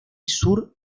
sur